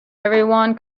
everyone